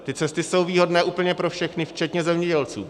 Ty cesty jsou výhodné úplně pro všechny včetně zemědělců.